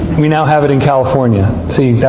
we now have it in california. see,